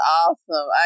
awesome